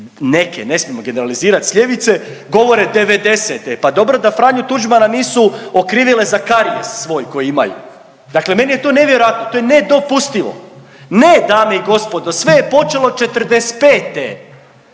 neke, ne smijemo generalizirat s ljevice, govore '90.-e, pa dobro da Franju Tuđmana da nisu okrivile za karijes svoj koji imaju. Dakle, meni je to nevjerojatno. To je nedopustivo. Ne, dame i gospodo, sve je počelo '45.